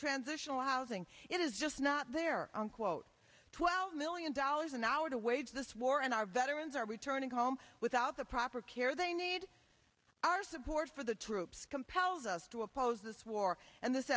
transitional housing it is just not there quote twelve million dollars an hour to wage this war and our veterans are returning home without the proper care they need our support for the troops compels us to oppose this war and this